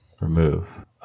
Remove